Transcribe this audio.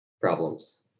problems